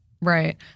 Right